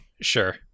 sure